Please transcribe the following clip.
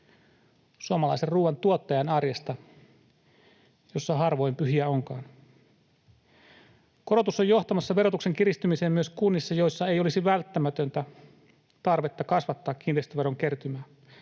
suomalaisen ruoantuottajan arjesta, jossa harvoin pyhiä onkaan. Korotus on johtamassa verotuksen kiristymiseen myös kunnissa, joissa ei olisi välttämätöntä tarvetta kasvattaa kiinteistöveron kertymää.